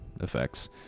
effects